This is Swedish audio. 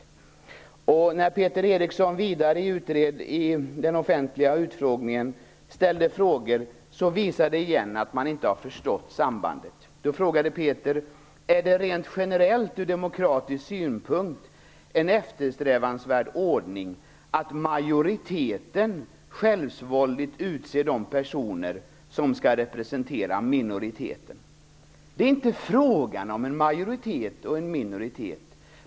Andra frågor som Peter Eriksson ställde i den offentliga utfrågningen visar återigen att han inte förstått sambandet. Han frågade: Är det rent generellt ur demokratisk synpunkt en eftersträvansvärd ordning att majoriteten självsvåldigt utser de personer som skall representera minoriteten? Det är inte fråga om en majoritet och en minoritet!